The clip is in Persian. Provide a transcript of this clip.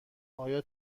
آیا